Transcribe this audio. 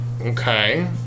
Okay